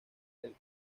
del